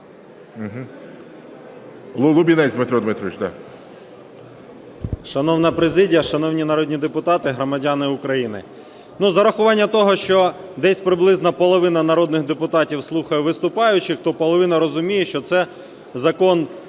Лубінець Дмитро Дмитрович,